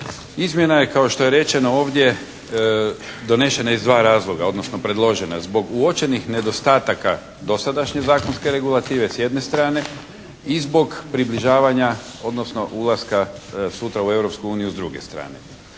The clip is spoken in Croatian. Izmjena je kao što je rečeno ovdje donošena iz dva razloga, odnosno predložena. Zbog uočenih nedostataka dosadašnje zakonske regulative s jedne strane i zbog približavanja odnosno ulaska sutra u Europsku uniju s druge strane.